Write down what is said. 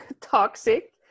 toxic